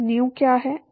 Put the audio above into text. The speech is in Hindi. न्यू क्या है